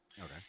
Okay